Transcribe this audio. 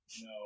No